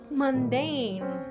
mundane